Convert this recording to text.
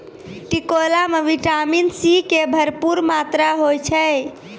टिकोला मॅ vitamin C के भरपूर मात्रा होय छै